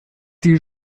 die